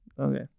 Okay